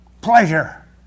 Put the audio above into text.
pleasure